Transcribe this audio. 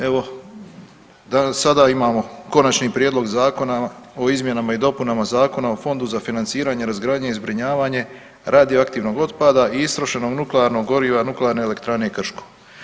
Evo sada imamo konačni prijedlog zakona o izmjenama i dopunama Zakona o fondu za financiranje, razgradnju i zbrinjavanje radioaktivnog otpada i istrošenog nuklearnog goriva nuklearne elektrane Krško.